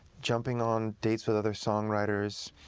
jumping on dates with other songwriters.